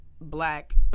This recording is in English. black